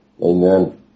Amen